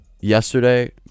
Yesterday